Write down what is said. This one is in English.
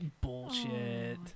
bullshit